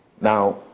Now